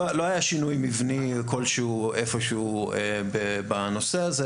לא היו שינוי מבני כלשהו איפשהו בנושא הזה.